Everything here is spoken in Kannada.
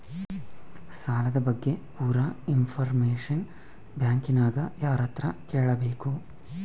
ಸಾಲದ ಬಗ್ಗೆ ಪೂರ ಇಂಫಾರ್ಮೇಷನ ಬ್ಯಾಂಕಿನ್ಯಾಗ ಯಾರತ್ರ ಕೇಳಬೇಕು?